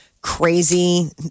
crazy